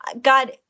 God